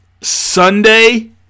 Sunday